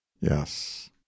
Yes